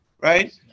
right